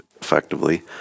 effectively